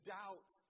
doubt